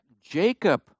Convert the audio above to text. Jacob